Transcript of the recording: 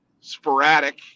sporadic